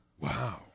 Wow